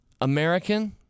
American